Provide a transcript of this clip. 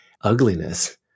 ugliness